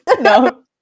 no